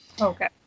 Okay